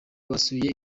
basuye